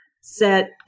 set